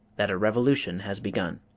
that a revolution has begun.